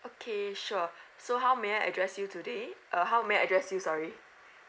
okay sure so how may I address you today uh how may I address you sorry